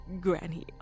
Granny